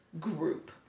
group